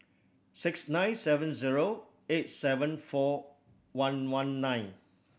six nine seven zero eight seven four one one nine